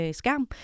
skærm